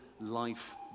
life